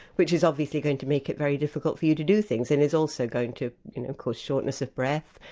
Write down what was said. which is obviously going to make it very difficult for you to do things, and is also going to cause shortness of breath.